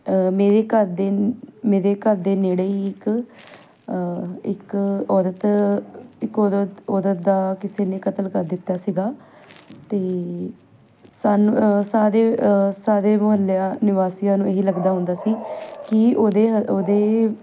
ਮੇਰੇ ਘਰ ਦੇ ਮੇਰੇ ਘਰ ਦੇ ਨੇੜੇ ਹੀ ਇੱਕ ਇੱਕ ਔਰਤ ਇੱਕ ਔਰਤ ਉਹਦਾ ਦਾ ਕਿਸੇ ਨੇ ਕਤਲ ਕਰ ਦਿੱਤਾ ਸੀਗਾ ਅਤੇ ਸਾਨੂੰ ਸਾਰੇ ਸਾਰੇ ਮੁਹੱਲਾ ਨਿਵਾਸੀਆਂ ਨੂੰ ਇਹ ਹੀ ਲੱਗਦਾ ਹੁੰਦਾ ਸੀ ਕਿ ਉਹਦੇ ਉਹਦੇ